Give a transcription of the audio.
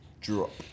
drop